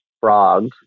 frog